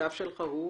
שהשותף שלך הוא?